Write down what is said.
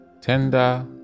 tender